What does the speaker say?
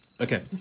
Okay